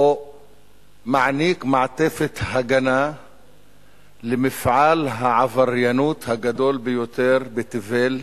או מעניק מעטפת הגנה למפעל העבריינות הגדול ביותר בתבל,